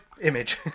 image